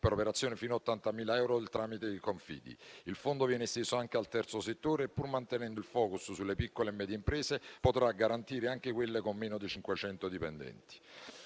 per operazioni fino a 80.000 euro tramite i confidi. Il Fondo viene esteso anche al terzo settore e, pur mantenendo il *focus* sulle piccole e medie imprese, potrà garantire anche quelle con meno di 500 dipendenti.